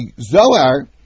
Zohar